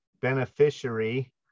beneficiary